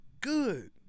good